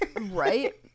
right